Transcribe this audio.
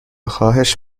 خواهش